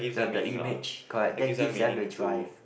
the the image correct that gives them the drive